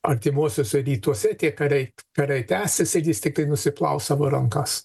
artimuosiuose rytuose tie kariai karai tęsiasi ir jis tiktai nusiplaus savo rankas